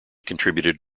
contributed